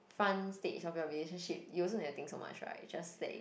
front stage of your relationship you also never think so much right just say